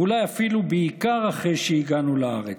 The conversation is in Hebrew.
ואולי אפילו בעיקר אחרי שהגענו לארץ,